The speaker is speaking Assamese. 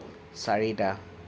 চাৰিটা